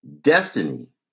destiny